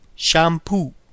Shampoo